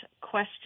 question